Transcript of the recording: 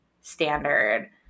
standard